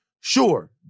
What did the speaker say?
Sure